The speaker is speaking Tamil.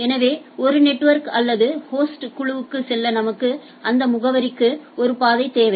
எனவே ஒரு நெட்வொர்க் அல்லது ஹோஸ்ட் குழுவுக்கு செல்ல நமக்கு அந்த முகவரிக்கு ஒரு பாதை தேவை